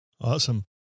Awesome